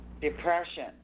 depression